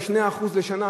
ב-2% לשנה,